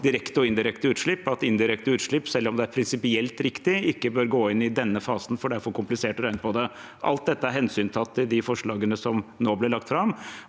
direkte og indirekte utslipp, at indirekte utslipp – selv om det er prinsipielt riktig – ikke bør gå inn i denne fasen, fordi det er for komplisert å regne på det. Alt dette er hensyntatt i de forslagene som nå ble lagt fram,